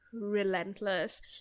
relentless